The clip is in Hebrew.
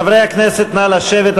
חברי הכנסת, נא לשבת.